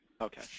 Okay